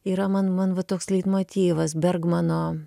yra man man va toks leitmotyvas bergmano